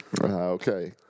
Okay